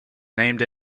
named